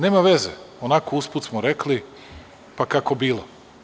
Nema veze, onako usput smo rekli pa kako bilo.